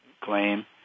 claim